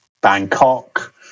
bangkok